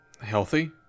healthy